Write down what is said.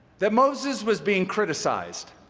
that moses was being criticized.